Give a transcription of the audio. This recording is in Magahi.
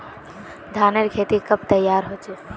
धानेर खेती कब तैयार होचे?